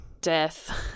death